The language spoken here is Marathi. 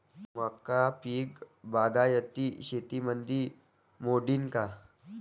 मका पीक बागायती शेतीमंदी मोडीन का?